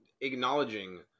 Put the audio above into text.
Acknowledging